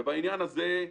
בעניין הזה,